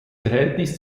verhältnis